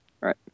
Right